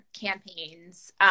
campaigns